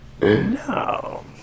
No